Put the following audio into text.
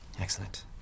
Excellent